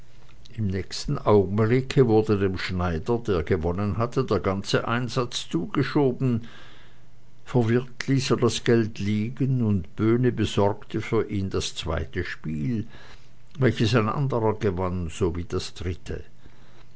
im nächsten augenblicke wurde dem schneider der gewonnen hatte der ganze einsatz zugeschoben verwirrt ließ er das geld liegen und böhni besorgte für ihn das zweite spiel welches ein anderer gewann sowie das dritte